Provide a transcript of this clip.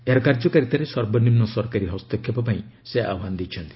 ଏହାର କାର୍ଯ୍ୟକାରୀତାରେ ସର୍ବନିମ୍ନ ସରକାରୀ ହସ୍ତକ୍ଷେପ ପାଇଁ ସେ ଆହ୍ନାନ ଦେଇଛନ୍ତି